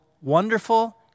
wonderful